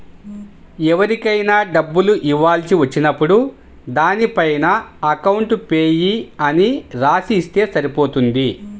ఎవరికైనా డబ్బులు ఇవ్వాల్సి వచ్చినప్పుడు దానిపైన అకౌంట్ పేయీ అని రాసి ఇస్తే సరిపోతుంది